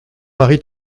marie